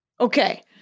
Okay